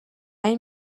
این